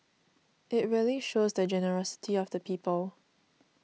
it really shows the generosity of the people